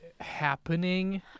happening